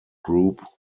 group